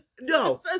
No